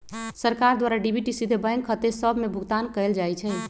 सरकार द्वारा डी.बी.टी सीधे बैंक खते सभ में भुगतान कयल जाइ छइ